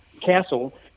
castle